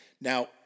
Now